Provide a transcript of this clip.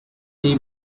day